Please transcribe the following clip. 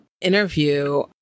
interview